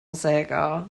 sagar